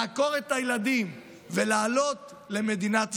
לעקור את הילדים ולעלות למדינת ישראל,